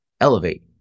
elevate